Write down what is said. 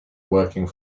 working